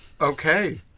Okay